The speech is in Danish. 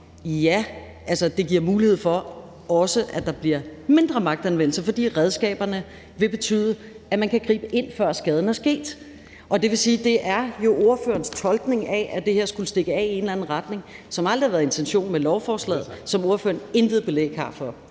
det giver mulighed for, at der også bliver mindre magtanvendelse, fordi redskaberne vil betyde, at man kan gribe ind, før skaden er sket. Det vil sige, at det jo er ordførerens tolkning, at det her skulle stikke af i en eller anden retning, hvilket aldrig har været intentionen med lovforslaget, som ordføreren intet belæg har for. Kl.